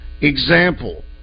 Example